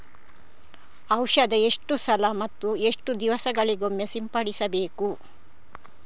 ಔಷಧ ಎಷ್ಟು ಸಲ ಮತ್ತು ಎಷ್ಟು ದಿವಸಗಳಿಗೊಮ್ಮೆ ಸಿಂಪಡಿಸಬೇಕು?